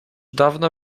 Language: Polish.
dawno